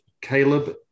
Caleb